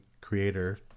creator